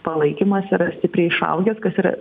palaikymas yra stipriai išaugęs kas yra